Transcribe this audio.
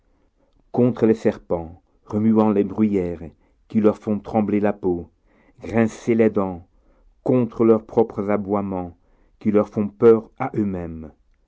contre les serpents remuant les bruyères qui leur font trembler la peau grincer les dents contre leurs propres aboiements qui leur font peur à eux-mêmes